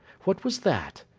what was that,